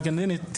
הגננת,